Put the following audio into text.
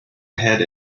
ahead